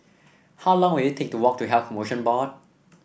how long will it take to walk to Health Promotion Board